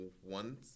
one